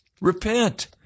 Repent